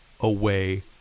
away